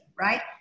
right